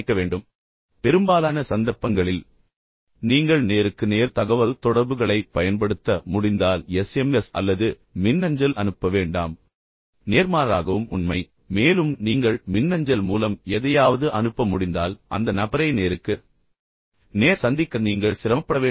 இப்போது பெரும்பாலான சந்தர்ப்பங்களில் நீங்கள் நேருக்கு நேர் தகவல்தொடர்புகளைப் பயன்படுத்த முடிந்தால் எஸ்எம்எஸ் அல்லது மின்னஞ்சல் அனுப்ப வேண்டாம் நேர்மாறாகவும் உண்மை மேலும் நீங்கள் மின்னஞ்சல் மூலம் எதையாவது அனுப்ப முடிந்தால் அந்த நபரை நேருக்கு நேர் சந்திக்க நீங்கள் சிரமப்பட வேண்டியதில்லை